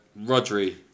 Rodri